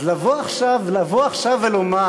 אז לבוא עכשיו, לבוא עכשיו ולומר,